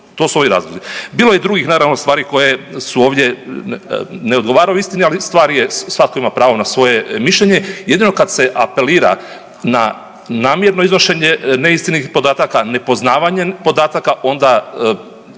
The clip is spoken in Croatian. To su ovi razlozi. Bilo je drugih naravno stvari koje su ovdje ne odgovaraju istini ali stvari jesu. Svatko ima pravo na svoje mišljenje jedino kad se apelira na namjerno iznošenje neistinitih podataka nepoznavanjem podataka, onda